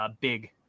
big